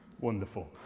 Wonderful